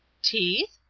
teeth?